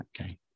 okay